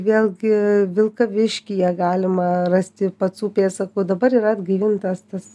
vėlgi vilkaviškyje galima rasti pacų pėdsakų dabar yra atgaivintas tas